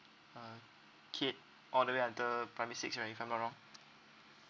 uh kid all the way until primary six right if I'm not wrong